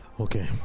Okay